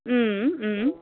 उम् उम्